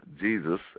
Jesus